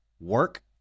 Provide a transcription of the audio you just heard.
Work